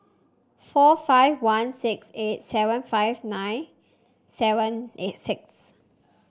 four five one six eight seven five nine seven eight six